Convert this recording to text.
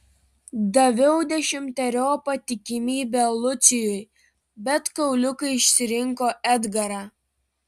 daviau dešimteriopą tikimybę lucijui bet kauliukai išsirinko edgarą